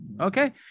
Okay